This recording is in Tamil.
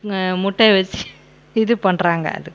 முட்டை வச்சி இது பண்ணுறாங்க அது